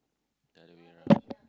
the other way around